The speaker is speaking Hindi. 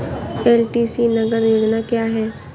एल.टी.सी नगद योजना क्या है?